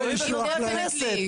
למה לא לשלוח הודעות S.M.S?